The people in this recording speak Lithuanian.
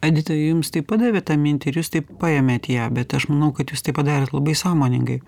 edita jums taip padavė tą mintį ar jūs taip paėmėt ją bet aš manau kad jūs tai padarė labai sąmoningai